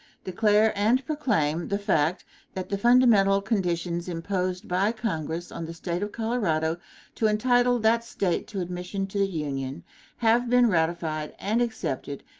declare and proclaim the fact that the fundamental conditions imposed by congress on the state of colorado to entitle that state to admission to the union have been ratified and accepted,